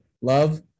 love